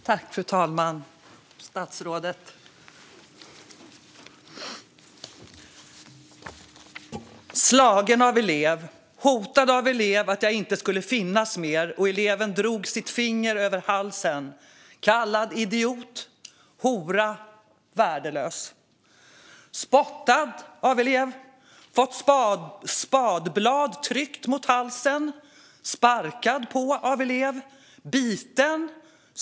Fru talman! "Slagen av elev. Hotad av elev att jag inte skulle finnas mer och eleven drog sitt finger över halsen. Kallad idiot, hora, värdelös m.m." "Spottad på. Fått spadblad tryckt mot halsen. Sparkad på. Biten.